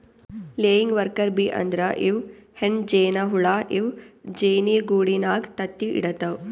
laying worker bee ಅಂದ್ರ ಇವ್ ಹೆಣ್ಣ್ ಜೇನಹುಳ ಇವ್ ಜೇನಿಗೂಡಿನಾಗ್ ತತ್ತಿ ಇಡತವ್